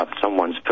someone's